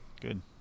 good